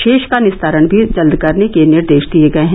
शेष का निस्तारण भी जल्द करने के निर्देश दिए गए हैं